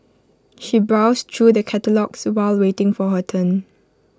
she browsed through the catalogues while waiting for her turn